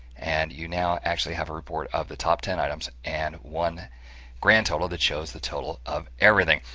and you now actually have a report of the top ten items and one grand total that shows the total of everything.